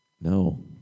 No